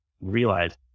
realize